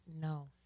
No